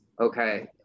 Okay